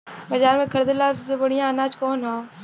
बाजार में खरदे ला सबसे बढ़ियां अनाज कवन हवे?